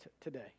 today